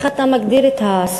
איך אתה מגדיר את הסוגיה,